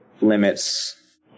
limits